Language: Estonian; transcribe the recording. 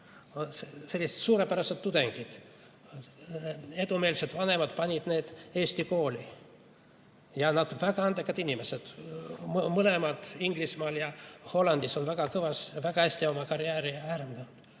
sellised suurepärased tudengid. Edumeelsed vanemad panid nad eesti kooli ja nad on väga andekad inimesed, mõlemad Inglismaal ja Hollandis on väga hästi oma karjääri arendanud.